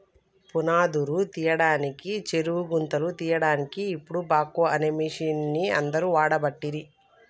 పునాదురు తీయడానికి చెరువు గుంతలు తీయడాన్కి ఇపుడు బాక్వో అనే మిషిన్ని అందరు వాడబట్టిరి